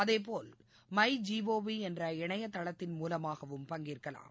அதேபோல் My Gov என்ற இணையதளத்தின் மூலமாகவும் பங்கேற்கலாம்